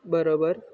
બરાબર